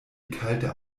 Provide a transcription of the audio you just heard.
kalte